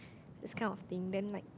those kind of thing then like